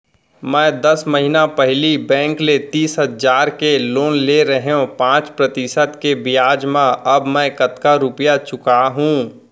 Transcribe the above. मैं दस महिना पहिली बैंक ले तीस हजार के लोन ले रहेंव पाँच प्रतिशत के ब्याज म अब मैं कतका रुपिया चुका हूँ?